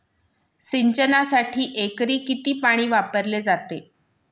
सिंचनासाठी एकरी किती पाणी वापरले जाते?